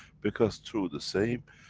because through the same,